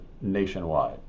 nationwide